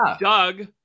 Doug